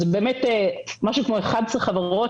וזה באמת משהו כמו 11 חברות,